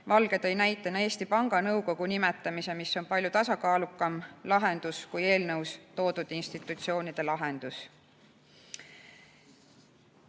Valge tõi näitena Eesti Panga Nõukogu nimetamise, kus on palju tasakaalukam lahendus kui eelnõus toodud institutsioonide lahendus.